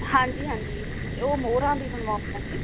ਹਾਂਜੀ ਹਾਂਜੀ ਤੇਅ ਉਹ ਮੋਹਰਾਂ ਵੀ ਬਣਵਾਉਣੀਆਂ ਜੀ